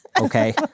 okay